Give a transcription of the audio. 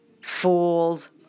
Fool's